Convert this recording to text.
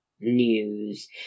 news